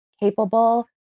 capable